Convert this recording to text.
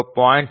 625 0